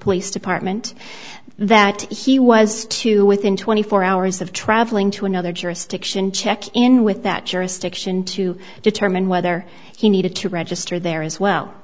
police department that he was to within twenty four hours of traveling to another jurisdiction check in with that jurisdiction to determine whether he needed to register there as well